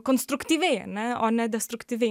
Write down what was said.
konstruktyviai ane o ne destruktyviai